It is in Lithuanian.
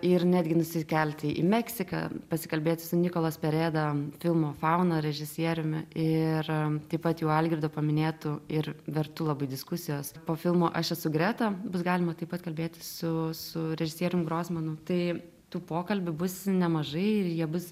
ir netgi nusikelti į meksiką pasikalbėti su nikolas perėda filmo fauna režisieriumi ir taip pat jau algirdo paminėtu ir vertu labai diskusijos po filmo aš esu greta bus galima taip pat kalbėti su su režisierium grosmanu tai tų pokalbių bus nemažai ir jie bus